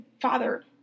father